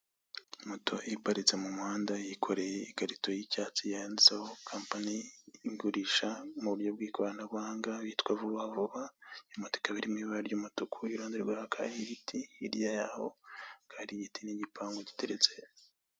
Moto iri mu muhanda iparitse mu muhanda yikoreye ikarito y'icyatsi yanditseho kampani igurisha mu buryo bw'ikoranabuhanga, yitwa vububa vuba iyo moto ikaba iri mu ibara ry'umutuku, iruhande rwaho hakaba hari ibiti hirya yaho hakaba hari igiti n'igopangu.